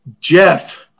Jeff